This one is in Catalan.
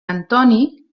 antoni